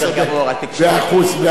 התקשורת היא מצוינת,